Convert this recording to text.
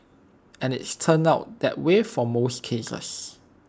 and it's turned out that way for most cases